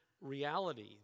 reality